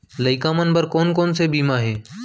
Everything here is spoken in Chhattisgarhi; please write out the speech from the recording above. लइका मन बर कोन कोन से बीमा हे?